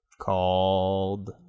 Called